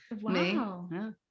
Wow